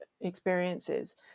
experiences